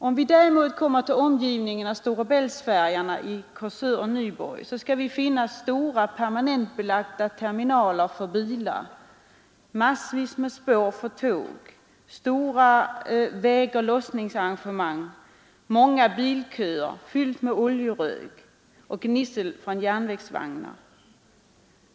Om vi däremot kommer till omgivningen av Stora Bältfärjorna i Korsör och Nyborg skall vi finna stora permanentbelagda terminaler för bilar, massvis med spår för tåg, stora vägoch lossningsarrangemang, många bilköer och fullt med oljerök och gnissel från järnvägsvagnar.